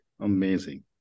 Amazing